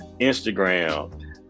instagram